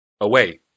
Away